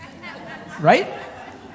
Right